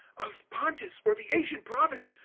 of pontus or the asian province,